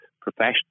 professional